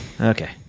okay